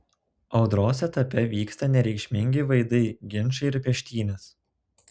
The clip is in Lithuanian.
audros etape vyksta nereikšmingi vaidai ginčai ir peštynės